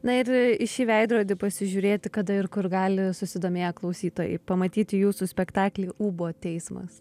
na ir į šį veidrodį pasižiūrėti kada ir kur gali susidomėję klausytojai pamatyti jūsų spektaklį ūbo teismas